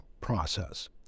process